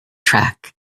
track